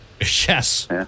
Yes